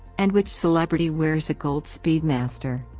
and which celebrity wears a gold speedmaster?